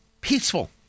peaceful